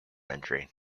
entry